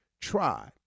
try